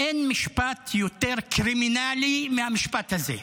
אין משפט יותר קרימינלי מהמשפט הזה.